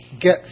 get